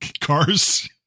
Cars